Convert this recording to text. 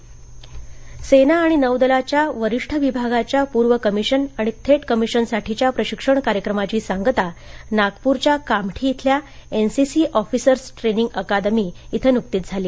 N C C सेना आणि नौदलाच्या वरिष्ठ विभागाच्या पूर्व कमिशन आणि थेट कमिशनसाठीच्या प्रशिक्षण कार्यक्रमाची सांगता नागपूरच्या कामठी इथल्या एनसीसी ऑफिसर्स ट्रेनिंग अकादमी इथं न्कतीच झाली